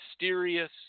mysterious